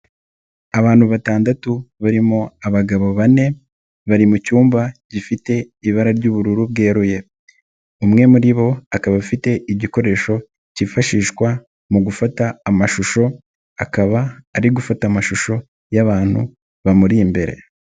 Abantu batandatu, barimo abagabo bane, bari mucyumba gifite ibara ry'ubururu bweruye, umwe muri bo akaba afite igikoresho cyifashishwa mu gufata amashusho, akaba ari gufata amashusho y'abantu bamuri imbere.